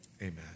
Amen